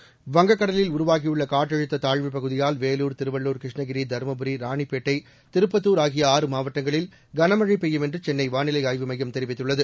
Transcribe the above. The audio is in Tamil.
செகண்ட்ஸ் வங்கக்கடலில் உருவாகியுள்ள காற்றழுத்த தாழ்வுப்பகுதியால் வேலூர் திருவள்ளூர் கிருஷ்ணகிரி தருமபுரி ராணிப்பேட்டை திருப்பத்தூர் ஆகிய ஆறு மாவட்டங்களில் கனமழை பெய்யும் என்று சென்னை வானிலை ஆய்வு மையம் தெரிவித்துள்ளது